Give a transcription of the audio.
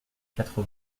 quatre